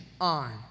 on